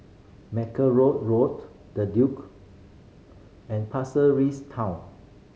Mackerrow Road The Duke and Pasir Ris Town